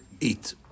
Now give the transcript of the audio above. eat